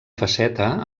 faceta